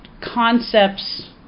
concepts